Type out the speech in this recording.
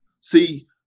See